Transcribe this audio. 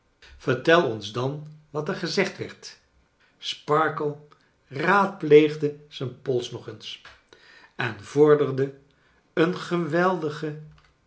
vertel oris dan wat er gezegd werd sparkler raadpleegde zijn pols nog eens en vorderde een geweldige